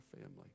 family